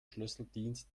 schlüsseldienst